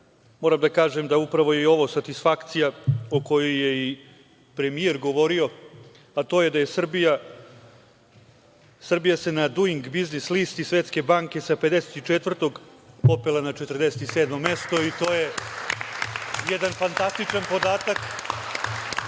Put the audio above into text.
moram da kažem da upravo je i ovo satisfakcija o kojoj je i premijer govorio, a to je da se Srbija na „Duing biznis“ listi Svetske banke sa 54 mesta popela na 47 mesto i to je jedan fantastičan podatak